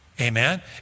Amen